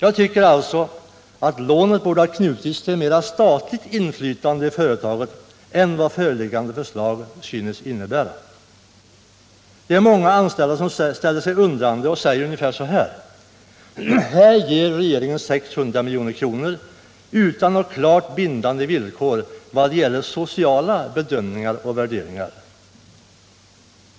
Jag tycker alltså att lånet borde ha knutits till mer statligt inflytande i företaget än vad föreliggande förslag synes innebära. Det är många anställda som ställer sig undrande och säger ungefär: Här ger regeringen 600 milj.kr. utan några klart bindande villkor i vad gäller sociala bedömningar och värderingar.